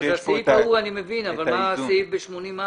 את הסעיף ההוא אני מבין, אבל מה סעיף 80(א)?